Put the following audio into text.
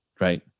right